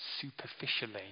superficially